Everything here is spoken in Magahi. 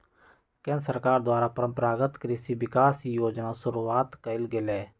केंद्र सरकार द्वारा परंपरागत कृषि विकास योजना शुरूआत कइल गेलय